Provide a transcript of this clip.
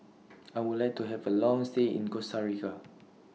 I Would like to Have A Long stay in Costa Rica